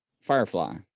firefly